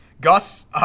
Gus